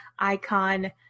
icon